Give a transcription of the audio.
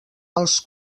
els